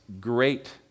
great